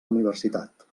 universitat